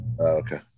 Okay